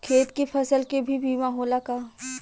खेत के फसल के भी बीमा होला का?